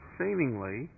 seemingly